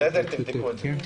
תבדקו את זה.